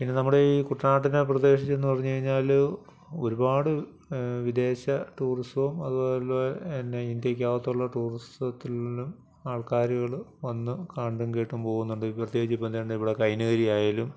പിന്നെ നമ്മുടെ ഈ കുട്ടനാട്ടിലെ പ്രദേശത്തെന്ന് പറഞ്ഞുകഴിഞ്ഞാൽ ഒരുപാട് വിദേശ ടൂറിസവും അതുപോലെത്തന്നെ ഇന്ത്യയ്ക്കകത്തുള്ള ടൂറിസത്തിലും ആൾക്കാരുകൾ വന്ന് കണ്ടും കേട്ടും പോകുന്നുണ്ട് പ്രത്യേകിച്ച് ഇപ്പം തന്നെ ഇവിടെ കൈനകിരിയായാലും